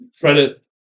credit